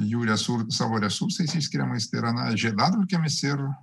jų resur savo resursais išskiriamais tai yra na žiedadulkėmis ir